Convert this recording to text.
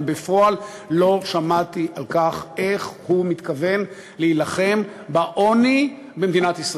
אבל בפועל לא שמעתי איך הוא מתכוון להילחם בעוני במדינת ישראל,